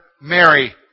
Mary